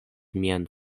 mian